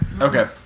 Okay